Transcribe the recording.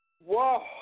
whoa